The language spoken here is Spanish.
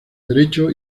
derecho